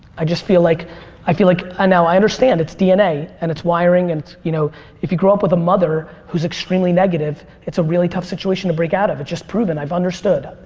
i just feel like i feel like ah now i understand it's dna and its wiring and you know if you grew up with a mother who's extremely negative it's a really tough situation to break out of. it's just proven. i've understood.